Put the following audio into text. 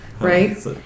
right